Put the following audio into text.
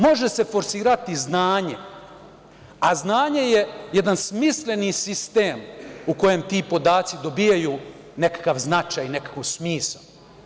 Može se forsirati znanje, a znanje je jedan smisleni sistem u kojem ti podaci dobijaju nekakav značaj, nekakav smisao.